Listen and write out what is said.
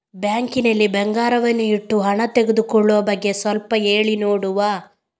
Bank ನಲ್ಲಿ ಬಂಗಾರವನ್ನು ಇಟ್ಟು ಹಣ ತೆಗೆದುಕೊಳ್ಳುವ ಬಗ್ಗೆ ಸ್ವಲ್ಪ ಹೇಳಿ ನೋಡುವ?